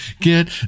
get